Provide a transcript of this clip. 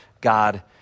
God